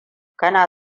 kana